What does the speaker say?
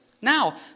Now